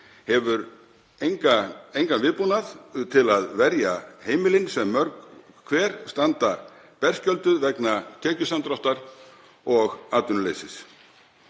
hefur engan viðbúnað til að verja heimilin sem mörg hver standa berskjölduð vegna tekjusamdráttar og atvinnuleysis.